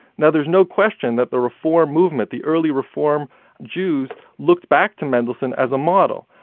now, there's no question that the reform movement, the early reform jews, looked back to mendelssohn as a model.